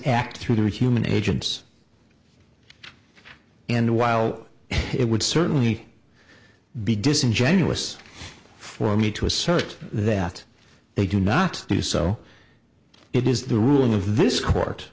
act through human agents and while it would certainly be disingenuous for me to assert that they do not do so it is the ruling of this court